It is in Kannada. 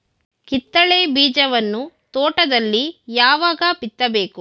ಕಿತ್ತಳೆ ಬೀಜವನ್ನು ತೋಟದಲ್ಲಿ ಯಾವಾಗ ಬಿತ್ತಬೇಕು?